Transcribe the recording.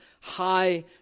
high